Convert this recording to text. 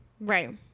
Right